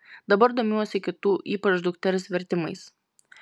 dabar domiuosi kitų ypač dukters vertimais